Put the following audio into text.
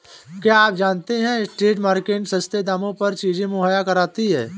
क्या आप जानते है स्ट्रीट मार्केट्स सस्ते दामों पर चीजें मुहैया कराती हैं?